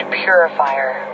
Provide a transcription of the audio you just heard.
purifier